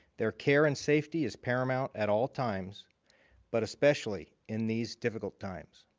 their care and safety is paramount at all times but especially in these difficult times.